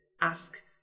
ask